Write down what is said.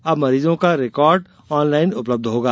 अब मरीजों का रिकॉर्ड आनलाईन उपलब्ध होगा